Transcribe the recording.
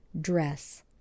dress